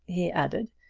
he added.